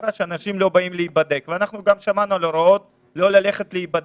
אמירה שאנשים לא באים להיבדק ואנחנו גם שמענו על הוראות לא ללכת להיבדק.